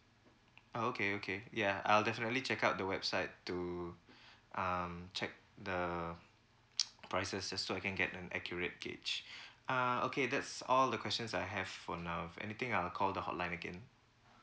oh okay okay yeah I'll definitely check out the website to um check the prices just so I can get an accurate gauge uh okay that's all the questions I have for now if anything I'll call the hotline again